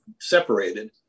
separated